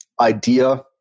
idea